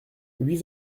huit